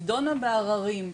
נידונה בערערים.